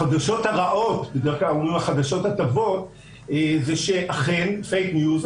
החדשות הרעות זה שאכן "פייק ניוז"